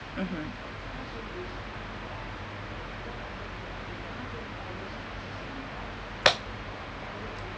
mmhmm